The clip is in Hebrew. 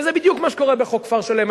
וזה בדיוק מה שקורה בחוק כפר-שלם.